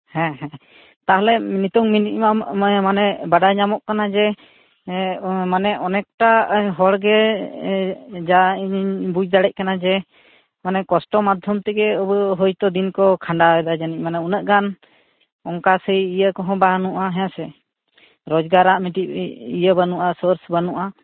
ᱦᱮᱸ ᱦᱮᱸ ᱛᱟᱦᱚᱞᱮ ᱱᱤᱛᱳᱝ ᱢᱮᱱᱤᱢᱟᱢ ᱚᱱᱟ ᱢᱟᱱᱮ ᱵᱟᱰᱟᱭ ᱧᱟᱢᱚᱜ ᱠᱟᱱᱟ ᱡᱮ ᱢᱟᱱᱮ ᱚᱱᱮᱠ ᱴᱟ ᱦᱚᱲᱜᱮ ᱡᱟ ᱤᱧᱤᱧ ᱵᱩᱡ ᱫᱟᱲᱮᱭᱟᱜ ᱠᱟᱱᱟ ᱡᱮ ᱢᱟᱱᱮ ᱠᱚᱥᱴᱚ ᱢᱟᱫᱽᱫᱷᱚᱢ ᱛᱮᱜᱮ ᱦᱳᱭᱛᱳ ᱫᱤᱱᱠᱚ ᱠᱷᱟᱸᱰᱟᱣᱮᱫᱟ ᱡᱟᱹᱱᱤᱡ ᱢᱟᱱᱮ ᱩᱱᱟᱹᱜ ᱜᱟᱱ ᱚᱱᱠᱟ ᱥᱮᱹᱭ ᱤᱭᱟᱹ ᱠᱚᱦᱚᱸ ᱵᱟᱱᱩᱜᱼᱟ ᱦᱮᱸᱥᱮ ᱨᱳᱡᱜᱟᱨᱟᱜ ᱢᱤᱫᱴᱤᱡ ᱤᱭᱟᱹ ᱵᱟᱹᱱᱩᱜᱟ ᱥᱳᱨᱥ ᱵᱟᱹᱱᱩᱜᱼᱟ